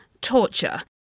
torture